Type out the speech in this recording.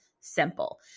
simple